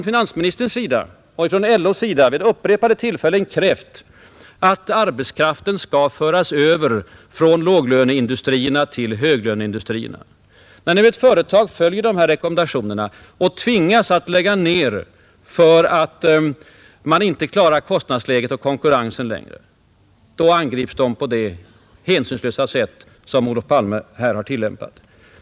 Finansministern och LO har vid upprepade tillfällen krävt att arbetskraften skall föras över från låglöneindustrierna till höglöneindustrierna. Utvecklingen ligger alltså i linje med regeringens önskemål. Men när ett företag följer rekommendationerna och lägger ned driften därför att det inte längre klarar kostnadsläget och konkurrensen, angrips det på det hänsynslösa sätt som Olof Palme här har tillämpat.